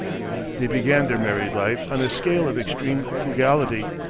they began their married life on a scale of extreme frugality,